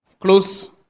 close